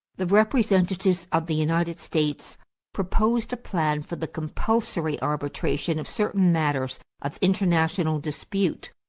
the representatives of the united states proposed a plan for the compulsory arbitration of certain matters of international dispute.